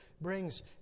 brings